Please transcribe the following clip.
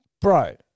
Bro